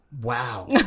Wow